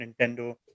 Nintendo